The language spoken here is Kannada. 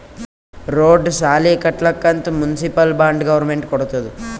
ರೋಡ್, ಸಾಲಿ ಕಟ್ಲಕ್ ಅಂತ್ ಮುನ್ಸಿಪಲ್ ಬಾಂಡ್ ಗೌರ್ಮೆಂಟ್ ಕೊಡ್ತುದ್